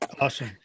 awesome